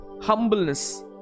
humbleness